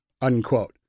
unquote